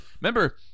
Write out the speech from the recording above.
remember